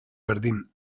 berdin